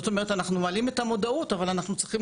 זאת אומרת אנחנו מעלים את המודעות אבל אנחנו צריכים